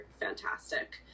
fantastic